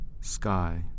Sky